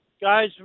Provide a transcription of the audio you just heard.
guys